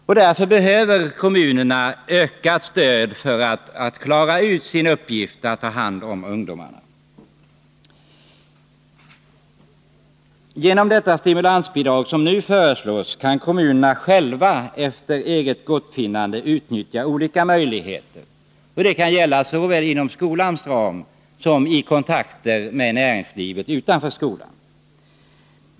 Kommunerna behöver alltså ökat stöd för att klara sin uppgift att ta hand om ungdomarna. Genom det stimulansbidrag som nu föreslås kan kommunerna själva, efter eget gottfinnande, utnyttja olika möjligheter. Det kan gälla såväl inom skolans ram som i kontakter med näringslivet utanför skolan.